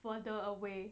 further away